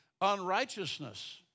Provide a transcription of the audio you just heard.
unrighteousness